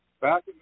back